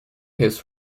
his